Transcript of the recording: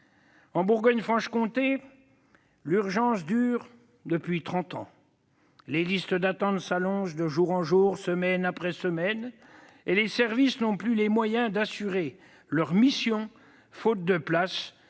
En Bourgogne-Franche-Comté, l'urgence dure depuis trente ans. Les listes d'attente s'allongent de jour en jour, semaine après semaine, et les services n'ont plus les moyens d'assurer leurs missions, faute de places